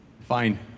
fine